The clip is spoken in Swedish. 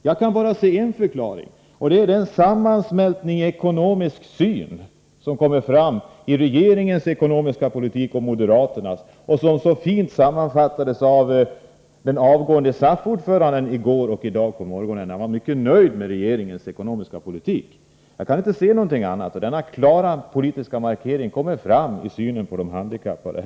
Jag kan bara se en förklaring till detta, och det är den sammansmältning av synsätt som kommer fram i regeringens ekonomiska politik och i moderaternas och som så fint sammanfattades av den avgående SAF-ordföranden i går och i dag på morgonen. Han var mycket nöjd med regeringen ekonomiska politik. Denna klara politiska markering kommer fram också i synen på de handikappade.